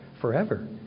forever